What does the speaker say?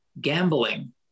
gambling